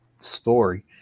story